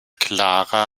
clara